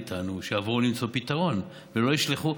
שיבואו למצוא פתרון יחד איתנו ולא ישלחו,